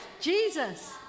Jesus